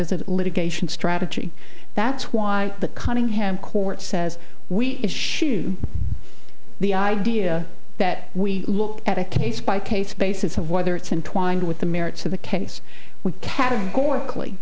as a litigation strategy that's why the cunningham court says we issue the idea that we look at a case by case basis of whether it's in twined with the merits of the case we categori